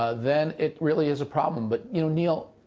ah then it really is a problem. but you know neil,